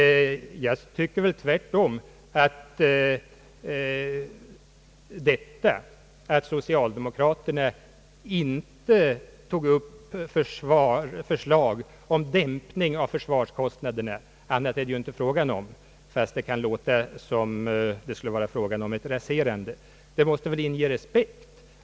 Jag tycker tvärtom att det förhållandet att socialdemokraterna avstod från att före valrörelsen föra fram förslag om en dämpning av försvarskostnaderna — något annat är det ju inte fråga om, även om det kan låta som om det gällde ett raserande av försvaret — måste inge respekt.